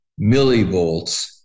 millivolts